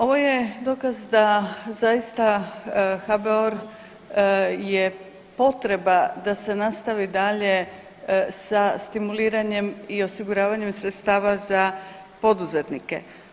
Ovo je dokaz da zaista HBOR je potreba da se nastavi dalje stimuliranjem i osiguravanjem sredstava za poduzetnike.